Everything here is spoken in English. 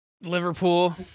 Liverpool